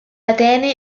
atene